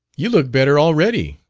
you look better already,